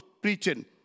preaching